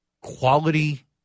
quality